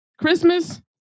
Christmas